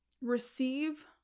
receive